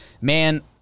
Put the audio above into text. Man